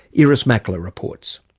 irris makler reports.